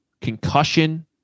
concussion